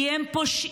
כי הם פושעים,